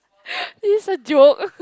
is a joke